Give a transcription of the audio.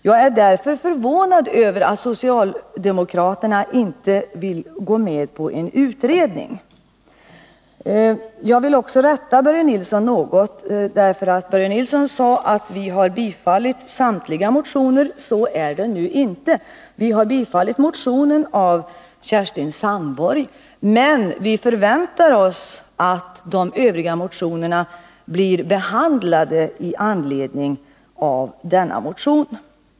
Jag är därför förvånad över att socialdemokraterna inte vill gå med på en utredning. Jag vill också rätta Börje Nilsson något, eftersom han sade att utskottsmajoriteten har tillstyrkt bifall till samtliga motioner. Så är det inte. Vi har tillstyrkt bifall till motionen av Kerstin Sandborg, men vi förväntar oss att övriga motioner blir behandlade i anledning av den motionen.